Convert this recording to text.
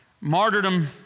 martyrdom